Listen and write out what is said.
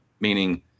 meaning